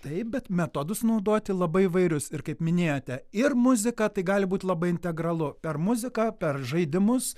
taip bet metodus naudoti labai įvairius ir kaip minėjote ir muzika tai gali būt labai integralu per muziką per žaidimus